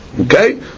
Okay